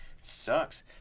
Sucks